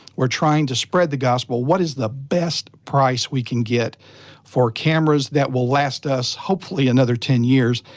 we're trying to spread the gospel, what is the best price we can get for cameras that will last us, hopefully, another ten years?